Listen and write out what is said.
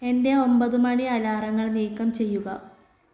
എന്റെ ഒമ്പത് മണി അലാറങ്ങൾ നീക്കം ചെയ്യുക